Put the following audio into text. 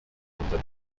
progrès